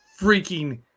Freaking